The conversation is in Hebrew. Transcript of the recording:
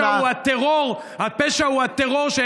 הפשע, הפשע הוא, הפשע הוא, תודה.